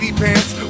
pants